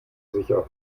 sicher